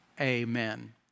amen